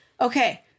Okay